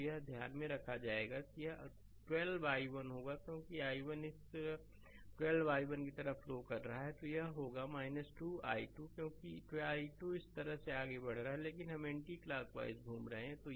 तो यह ध्यान में रखा जाएगा कि यह12 i1 होगा क्योंकि i1 इस 12 i1 की तरह फ्लो कर रहा है तो यह होगा 2 i 2 क्योंकि i2 इस तरह से आगे बढ़ रहा है लेकिन हम एंटी क्लॉकवाइज घूम रहे हैं